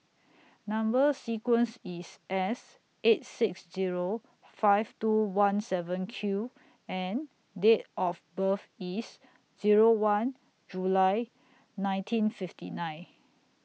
Number sequence IS S eight six Zero five two one seven Q and Date of birth IS Zero one July nineteen fifty nine